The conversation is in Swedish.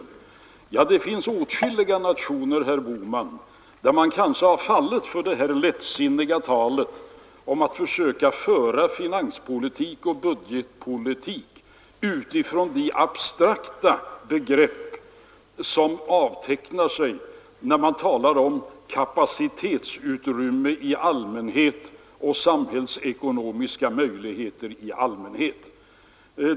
Ja, herr Bohman, det finns åtskilliga nationer där man har fallit för det lättvindiga talet att man kan föra finanspolitik och budgetpolitik med utgångspunkt från de abstrakta begreppen kapacitetsutrymme i allmänhet och samhällsekonomiska möjligheter i allmänhet.